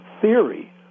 theory